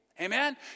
Amen